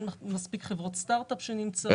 אין מספיק חברות סטרט-אפ שנמצאות שם.